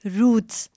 roots